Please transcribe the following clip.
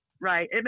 Right